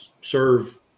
serve